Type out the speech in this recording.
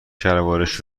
شلوارش